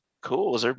cool